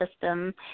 system